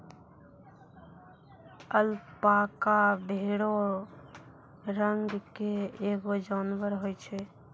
alpaca भेड़ो रंग के एगो जानबर होय छै